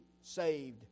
saved